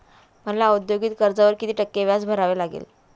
मला औद्योगिक कर्जावर किती टक्के व्याज भरावे लागेल?